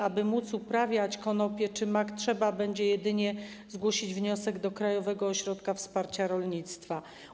Aby móc uprawiać konopie czy mak, trzeba będzie jedynie zgłosić wniosek do Krajowego Ośrodka Wsparcia Rolnictwa.